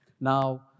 Now